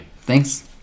thanks